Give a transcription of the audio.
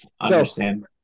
understand